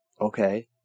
okay